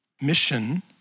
Mission